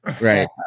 right